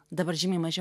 dabar žymiai mažiau